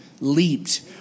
leaped